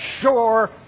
sure